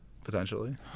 Potentially